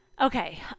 Okay